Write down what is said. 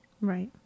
right